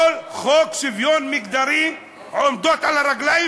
כל חוק על שוויון מגדרי עומדות על הרגליים,